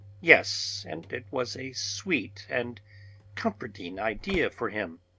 yes, and it was a sweet and comforting idea for him.